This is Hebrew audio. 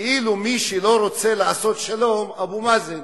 כאילו מי שלא רוצה לעשות שלום, אבו מאזן.